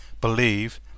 believe